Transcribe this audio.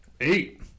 Eight